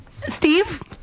Steve